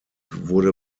wurde